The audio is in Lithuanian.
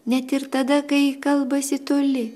net ir tada kai kalbasi toli